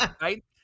Right